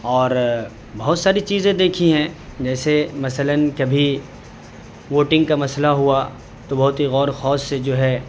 اور بہت ساری چیزیں دیکھی ہیں جیسے مثلاً کبھی ووٹنگ کا مسئلہ ہوا تو بہت ہی غور و خوص سے جو ہے